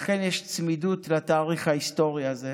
לכן יש צמידות לתאריך ההיסטורי הזה,